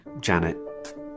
janet